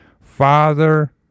Father